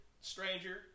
stranger